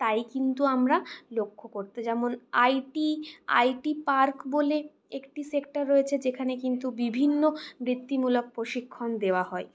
তাই কিন্তু আমরা লক্ষ্য করতে যেমন আইটি আইটি পার্ক বলে একটি সেক্টর রয়েছে যেখানে কিন্তু বিভিন্ন বৃত্তিমূলক প্রশিক্ষণ দেওয়া হয়